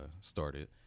started